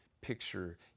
picture